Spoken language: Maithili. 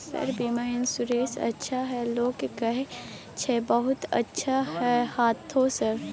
सर बीमा इन्सुरेंस अच्छा है लोग कहै छै बहुत अच्छा है हाँथो सर?